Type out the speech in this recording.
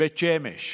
בית שמש,